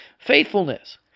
faithfulness